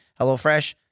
HelloFresh